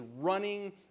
running